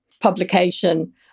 publication